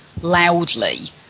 loudly